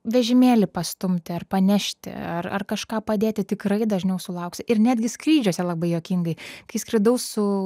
vežimėlį pastumti ar panešti ar ar kažką padėti tikrai dažniau sulauksi netgi skrydžiuose labai juokingai kai skridau su